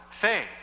faith